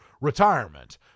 retirement